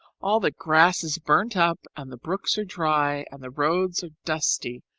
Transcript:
all the grass is burnt up and the brooks are dry and the roads are dusty.